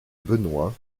benoit